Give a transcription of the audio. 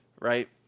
right